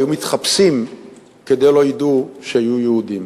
היו מתחפשים כדי לא ידעו שהם יהודים.